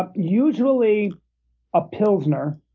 um usually a pilsner,